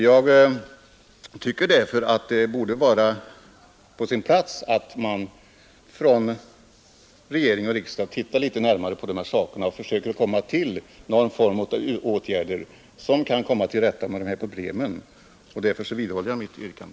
Jag tycker därför att det är på sin plats att regering och riksdag ser litet närmare på de här sakerna och försöker vidta någon form av åtgärder för att komma till rätta med de här problemen. Därför vidhåller jag mitt yrkande.